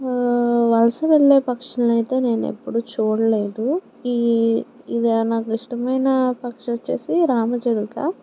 వలస వెళ్ళే పక్షులను అయితే నేను ఎప్పుడూ చూడలేదు ఈ ఇదే నాకు ఇష్టమైన పక్షి వచ్చేసి రామచిలుక